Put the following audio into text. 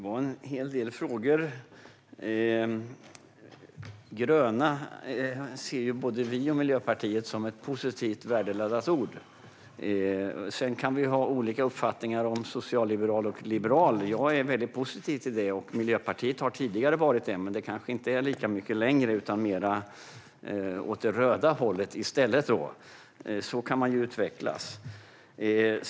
Herr talman! Det var en hel del frågor. Både vi och Miljöpartiet ser gröna som ett positivt värdeladdat ord. Sedan kan vi ha olika uppfattningar om socialliberal och liberal. Jag är väldigt positiv till det. Miljöpartiet har tidigare varit det men kanske inte längre är det lika mycket utan i stället är mer åt det röda hållet. Så kan man utvecklas.